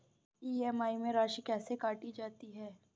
EMI में राशि कैसे काटी जाती है?